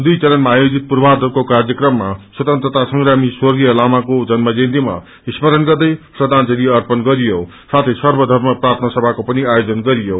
दुर्ठ चरणमा आयोजित पूर्वाध को काव्रक्रममा स्वतन्त्रता संग्रामी स्वर्गीय लामाको जन्म जयन्तीमा स्मरण गर्दै श्रदाजंली अर्पण गरियो साथै सर्वधर्म प्रार्थना सभाको पनि आयोजन गरियो